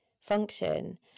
function